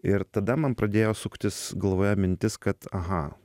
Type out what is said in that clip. ir tada man pradėjo suktis galvoje mintis kad aha